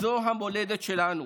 זו המולדת שלנו.